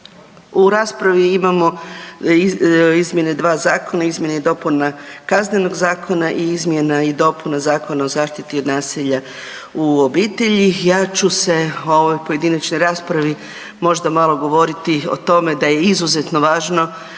u raspravi imamo izmjene dva zakona izmjeni i dopuna Kaznenog zakona i izmjena i dopuna Zakona o zaštiti od nasilja u obitelji. Ja ću se u ovoj pojedinačnoj raspravi možda malo govoriti o tome da je izuzetno važno